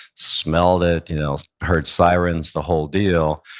smelled it, you know heard sirens, the whole deal,